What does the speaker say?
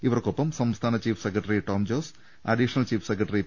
ഇവർക്കൊപ്പം സംസ്ഥാന chief secretary Tom Jose additional chief secretary P